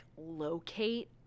locate